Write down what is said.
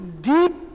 deep